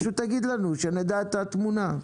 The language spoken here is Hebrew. פשוט תגיד לנו, שנדע את התמונה.